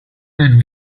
ein